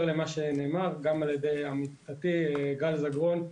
למה שנאמר גם על ידי עמיתתי גל זגרון,